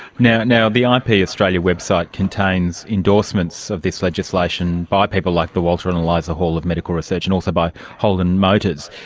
now now the um ip australia website contains endorsements of this legislation by people like the walter and eliza hall of medical research and also by holden motors.